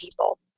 people